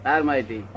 Almighty